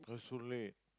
so late